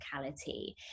physicality